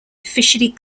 officially